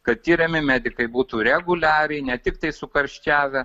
kad tiriami medikai būtų reguliariai ne tiktai sukarščiavę